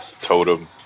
totem